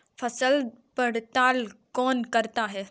फसल पड़ताल कौन करता है?